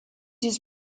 his